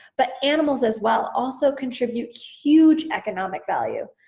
but animals as well also contribute huge economic value.